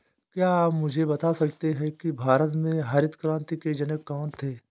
क्या आप मुझे बता सकते हैं कि भारत में हरित क्रांति के जनक कौन थे?